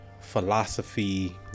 philosophy